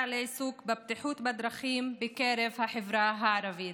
לעיסוק בבטיחות בדרכים בקרב החברה הערבית,